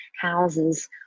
houses